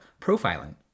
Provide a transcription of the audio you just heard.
profiling